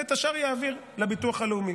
ואת השאר יעביר לביטוח הלאומי.